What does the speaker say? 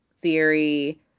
theory